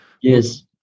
yes